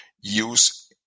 use